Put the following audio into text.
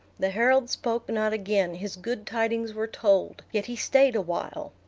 the herald spoke not again his good tidings were told yet he stayed awhile.